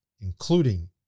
including